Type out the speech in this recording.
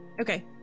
Okay